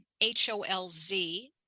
H-O-L-Z